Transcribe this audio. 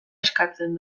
eskatzen